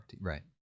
Right